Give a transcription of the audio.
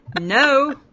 No